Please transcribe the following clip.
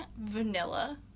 vanilla